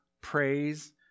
praise